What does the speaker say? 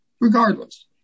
regardless